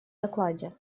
докладе